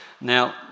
Now